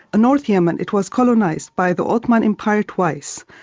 north yemen, it was colonised by the ottoman empire twice,